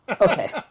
Okay